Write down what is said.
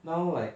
now like